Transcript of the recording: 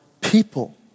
people